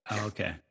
okay